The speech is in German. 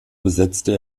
besetzte